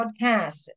Podcast